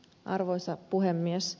arvoisa puhemies